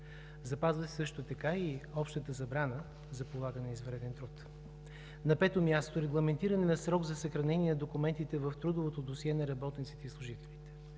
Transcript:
Запазва се също така и общата забрана за полагане на извънреден труд; 5. регламентиране на срок за съхранение на документите в трудовото досие на работниците и служителите;